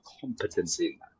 competency